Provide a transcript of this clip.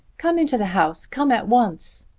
come into the house come at once.